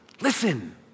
Listen